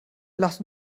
lass